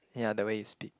ya the way you speak